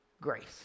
grace